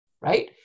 right